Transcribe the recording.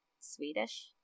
Swedish